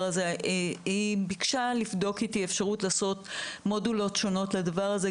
היא ביקשה לבדוק אתי אפשרות לעשות מודולות שונות לדבר הזה,